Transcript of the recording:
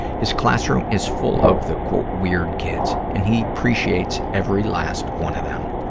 his classroom is full of the weird kids and he appreciates every last one of them.